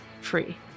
free